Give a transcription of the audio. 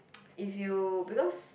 if you because